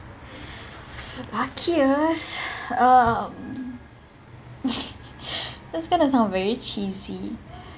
um that's going to sound very cheesy